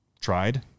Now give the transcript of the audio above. tried